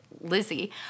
Lizzie